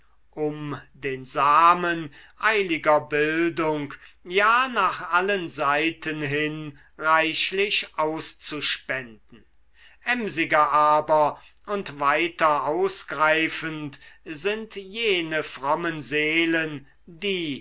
um den samen eiliger bildung ja nach allen seiten hin reichlich auszuspenden emsiger aber und weiter ausgreifend sind jene frommen seelen die